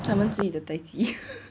他们自己的 daiji